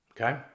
Okay